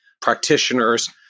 practitioners